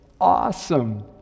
awesome